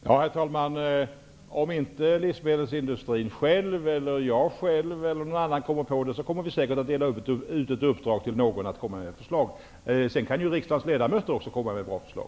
Herr talman! Om inte livsmedelsindustrin själv eller jag själv eller någon annan kommer på det, kommer vi säkert att ge ett uppdrag till någon att komma med förslag. Även riksdagens ledamöter kan ju komma med bra förslag.